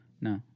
No